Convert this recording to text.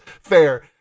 fair